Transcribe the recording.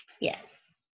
Yes